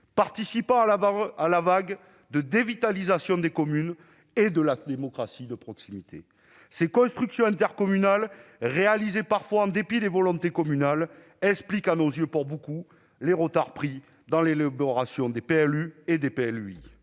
participant ainsi à la vague de dévitalisation des communes et de la démocratie de proximité. Ces constructions intercommunales, réalisées parfois en dépit des volontés communales, expliquent à nos yeux pour beaucoup les retards pris dans l'élaboration des PLU et des PLUi.